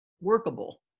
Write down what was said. workable